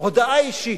הודעה אישית: